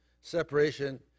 separation